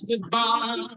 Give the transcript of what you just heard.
goodbye